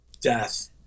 death